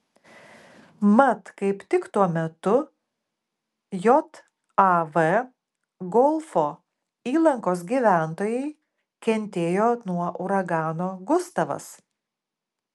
mat kaip tik tuo metu jav golfo įlankos gyventojai kentėjo nuo uragano gustavas